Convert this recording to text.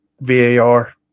VAR